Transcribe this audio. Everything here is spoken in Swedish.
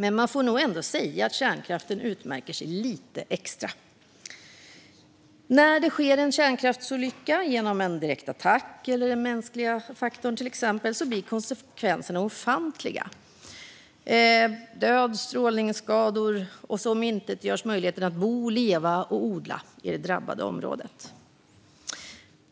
Men man får nog ändå säga att kärnkraften utmärker sig lite extra. När det sker en kärnkraftsolycka, till exempel genom en direkt attack eller den mänskliga faktorn, blir konsekvenserna ofantliga med död och strålningsskador. Dessutom omintetgörs möjligheten att bo, leva och odla i det drabbade området.